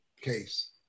case